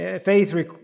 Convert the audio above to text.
Faith